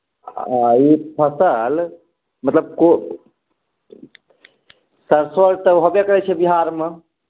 आ ई फसल मतलब को सरसों आर तऽ होबे करै छै बिहारमे